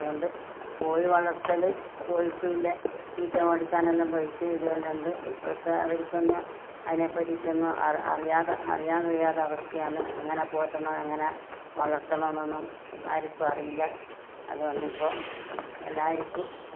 അതുകൊണ്ട് കോഴി വളർത്തൽ കോഴിയ്ക്കില്ല തീറ്റ മേടിയ്ക്കാനില്ലാ പൈസ ഇതുവെല്ലാ ഉണ്ട് ഇപ്പഴത്തെ അവര്ക്കൊന്ന് അതിനേപ്പറ്റിട്ടൊന്ന് അർ അറിയാതെ അറിയാൻ വയ്യാതെ അവസ്ഥയാണ് എങ്ങനെ പോറ്റണം എങ്ങനെ വളർത്തണോന്നൊന്നും ആരിക്കും അറിയില്ല അതുകൊണ്ടിപ്പോൾ എല്ലാവർക്കും